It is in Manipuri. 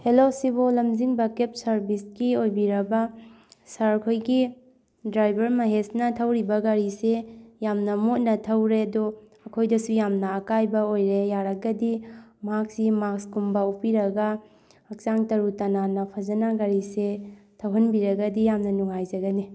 ꯍꯂꯣ ꯁꯤꯕꯣ ꯂꯝꯖꯤꯡꯕ ꯀꯦꯞ ꯁꯔꯚꯤꯁꯀꯤ ꯑꯣꯏꯕꯤꯔꯕ ꯁꯥꯔ ꯈꯣꯏꯒꯤ ꯗ꯭ꯔꯥꯏꯚꯔ ꯃꯍꯦꯁꯅ ꯊꯧꯔꯤꯕ ꯒꯥꯔꯤꯁꯤ ꯌꯥꯝꯅ ꯃꯣꯠꯅ ꯊꯧꯔꯦ ꯑꯗꯣ ꯑꯩꯈꯣꯏꯗꯁꯨ ꯌꯥꯝꯅ ꯑꯀꯥꯏꯕ ꯑꯣꯏꯔꯦ ꯌꯥꯔꯒꯗꯤ ꯃꯍꯥꯛꯁꯤ ꯃꯥꯛꯁꯀꯨꯝꯕ ꯎꯞꯄꯤꯔꯒ ꯍꯛꯆꯥꯡ ꯇꯔꯨ ꯇꯅꯥꯟꯅ ꯐꯖꯅ ꯒꯥꯔꯤꯁꯤ ꯊꯧꯍꯟꯕꯤꯔꯒꯗꯤ ꯌꯥꯝꯅ ꯅꯨꯡꯉꯥꯏꯖꯒꯅꯤ